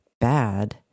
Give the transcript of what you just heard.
bad